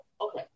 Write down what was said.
Okay